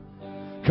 Come